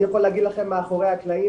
אני יכול להגיד לכם מאחורי הקלעים,